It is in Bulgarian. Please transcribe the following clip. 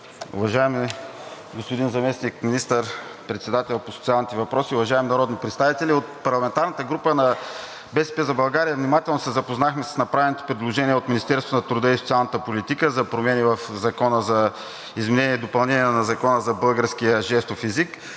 уважаеми господин заместник министър-председател по социалните въпроси, уважаеми народни представители! От парламентарната група на „БСП за България“ внимателно се запознахме с направените предложения от Министерството на труда и социалната политика за промени в Закона за изменение и допълнение на Закона за българския жестов език